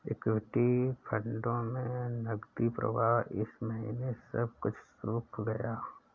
equity फंडों में नकदी प्रवाह इस महीने सब कुछ सूख गया है